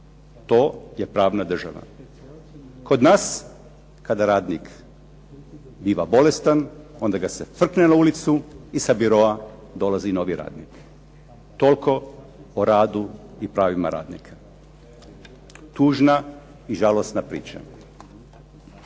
To je pravna država. Kod nas kada radnik biva bolestan onda ga se frkne na ulicu i sa biroa dolazi novi radnik. Toliko o radu i pravima radnika. Tužna i žalosna priča.